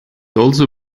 also